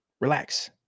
relax